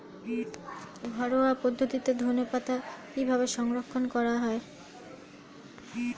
ঘরোয়া পদ্ধতিতে ধনেপাতা কিভাবে সংরক্ষণ করা হয়?